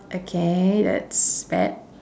okay that's bad